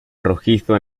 rojizo